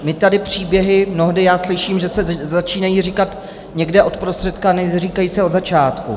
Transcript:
My tady příběhy mnohdy já slyším, že se začínají říkat někde od prostředka, neříkají se od začátku.